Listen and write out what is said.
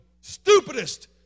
stupidest